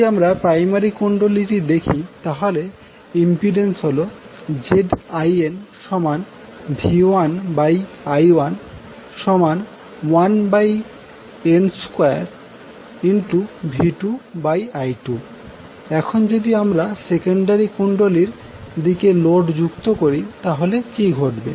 যদি আমরা প্রাইমারি কুণ্ডলীটি দেখি তাহলে ইম্পিডেন্স হল ZinV1I11n2V2I2 এখন যদি আমরা সেকেন্ডারি কুন্ডলীর দিকে লোড যুক্ত করি তাহলে কি ঘটবে